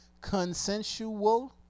Consensual